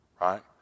Right